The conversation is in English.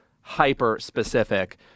hyper-specific